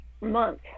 Month